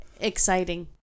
exciting